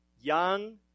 Young